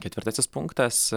ketvirtasis punktas